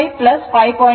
ಈ ಉದ್ದವು 25 5